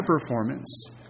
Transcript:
performance